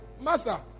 Master